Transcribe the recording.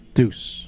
Deuce